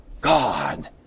God